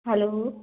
hello